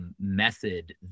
method